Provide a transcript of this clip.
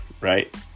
right